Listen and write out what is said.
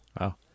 Wow